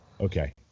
Okay